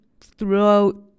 throughout